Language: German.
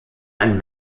ein